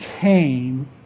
came